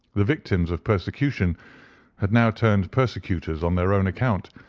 the victims of persecution had now turned persecutors on their own account,